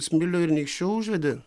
smilių ir nykščių užvedi